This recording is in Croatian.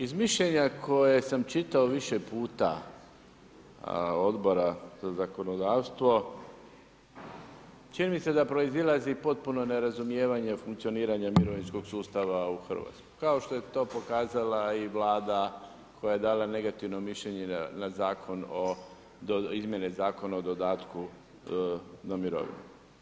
Iz mišljenja koje sam čitao više puta Odbora za zakonodavstvo čini mi se da proizilazi potpuno nerazumijevanje funkcioniranja mirovinskog sustava u RH kao što je to pokazala i Vlada koja je dala negativno mišljenje na Zakon o izmjeni Zakona o dodatku na mirovinu.